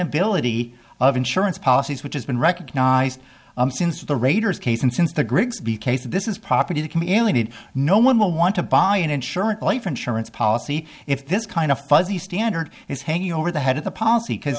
ability of insurance policies which has been recognized since the raiders case and since the grigsby case this is property that can be only need no one will want to buy an insurance life insurance policy if this kind of fuzzy standard is hanging over the head of the policy because